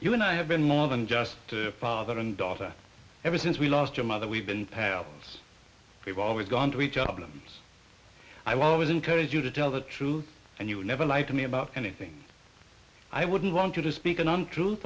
you and i have been more than just to father and daughter ever since we lost your mother we've been pals we've always gone to each of them i was always encouraged you to tell the truth and you would never lie to me about anything i wouldn't want you to speak an untruth